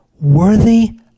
Worthy